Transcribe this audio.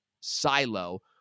Silo